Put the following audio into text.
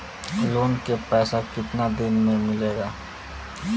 Loan के पैसा कितना दिन मे मिलेला?